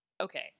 Okay